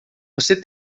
você